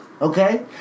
Okay